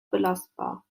belastbar